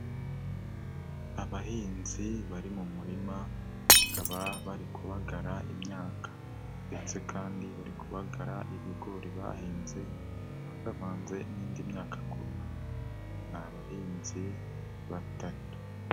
Abahinzi bari mu murima bakaba bari kubagara imyaka ndetse kandi bari kubagara ibigori bahinze bivangavanze n'indi myaka ku ruhande, ni abahinzi batatu.